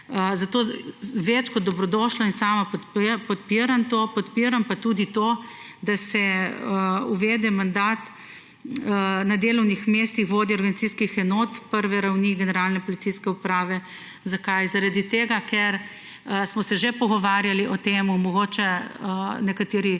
Zato je več kot dobrodošlo in sama podpiram to, podpiram pa tudi to, da se uvede mandat na delovnih mestih vodje organizacijskih enot prve ravni generalne policijske uprave. Zakaj? Zaradi tega ker smo se že pogovarjali o tem, mogoče nekateri